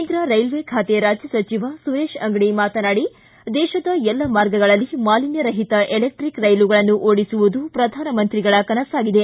ಕೇಂದ್ರ ರೈಲ್ವೆ ಖಾತೆ ರಾಜ್ಯ ಸಚಿವ ಸುರೇಶ್ ಅಂಗಡಿ ಮಾತನಾಡಿ ದೇಶದ ಎಲ್ಲ ಮಾರ್ಗಗಳಲ್ಲಿ ಮಾಲಿನ್ಯರಹಿತ ಎಲೆಕ್ಟಿಕ್ ರೈಲುಗಳನ್ನು ಓಡಿಸುವುದು ಪ್ರಧಾನಮಂತ್ರಿಗಳ ಕನಸಾಗಿದೆ